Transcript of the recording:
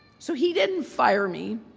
so he didn't fire me,